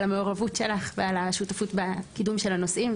על המעורבות שלך ועל השותפות בקידום של הנושאים,